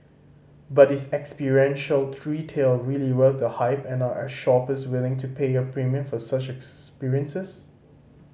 but is experiential retail really worth the hype and are shoppers willing to pay a premium for such experiences